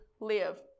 live